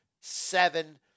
seven